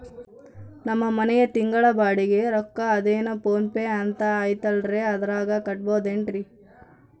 ನಮ್ಮ ಮನೆಯ ತಿಂಗಳ ಬಾಡಿಗೆ ರೊಕ್ಕ ಅದೇನೋ ಪೋನ್ ಪೇ ಅಂತಾ ಐತಲ್ರೇ ಅದರಾಗ ಕಟ್ಟಬಹುದೇನ್ರಿ?